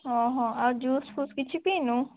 ହଁ ହଁ ଆଉ ଜୁସ୍ ଫୁସ୍ କିଛି ପିଇନୁ